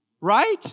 Right